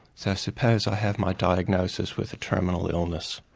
so suppose i have my diagnosis with a terminal illness,